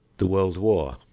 the world war,